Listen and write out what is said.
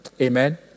Amen